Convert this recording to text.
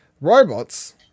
Robots